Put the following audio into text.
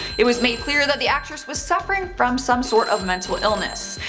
it was made clear that the actress was suffering from some sort of mental issues.